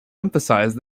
emphasized